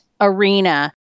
arena